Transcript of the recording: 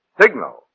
Signal